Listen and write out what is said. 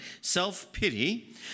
self-pity